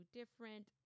different